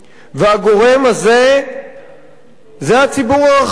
והגורם הזה הוא הציבור הרחב.